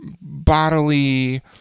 bodily